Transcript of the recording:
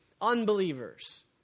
unbelievers